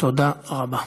תודה רבה.